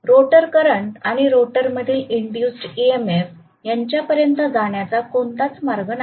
rotor current आणि rotor मधील induced E M F EMF यांच्यापर्यंत जाण्याचा कोणताच मार्ग नाही